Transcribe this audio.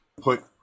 put